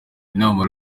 inama